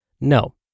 No